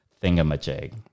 thingamajig